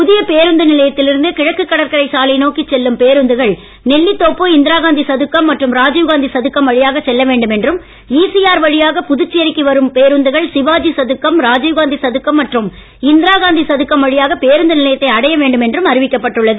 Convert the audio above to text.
புதிய பேருந்து நிலையத்தில் இருந்து கிழக்கு கடற்கரைச் சாலை நோக்கிச் செல்லும் பேருந்துகள் நெல்லித்தோப்பு இந்திராகாந்தி சதுக்கம் மற்றும் ராஜீவ்காந்தி சதுக்கம் வழியாக செல்ல வேண்டும் என்றும் ஈசிஆர் வழியாக புதுச்சேரிக்கு வரும் பேருந்துகள் சிவாஜி சதுக்கம் ராஜீவ்காந்தி சதுக்கம் மற்றும் இந்திரா காந்தி சதுக்கம் வழியாக பேருந்து நிலையத்தை அடைய வேண்டும் என்றும் அறிவிக்கப்பட்டுள்ளது